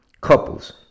couples